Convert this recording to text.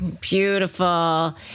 Beautiful